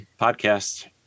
Podcast